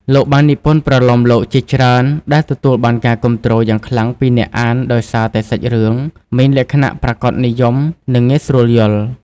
លោកបាននិពន្ធប្រលោមលោកជាច្រើនដែលទទួលបានការគាំទ្រយ៉ាងខ្លាំងពីអ្នកអានដោយសារតែសាច់រឿងមានលក្ខណៈប្រាកដនិយម និងងាយស្រួលយល់។